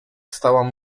stała